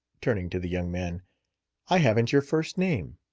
turning to the young man i haven't your first name?